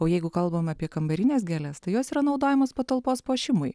o jeigu kalbam apie kambarines gėles tai jos yra naudojamos patalpos puošimui